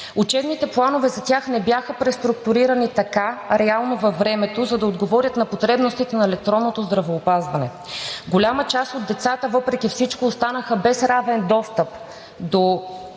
Учебните планове за тях не бяха преструктурирани така реално във времето, за да отговорят на потребностите на електронното здравеопазване. Голяма част от децата, въпреки всичко, останаха без равен достъп до образование